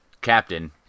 Captain